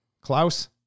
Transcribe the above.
Klaus